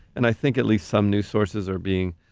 and i think at least some news sources are being,